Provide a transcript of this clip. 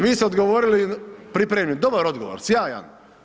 Vi ste odgovorili, pripremili dobar odgovor, sjajan.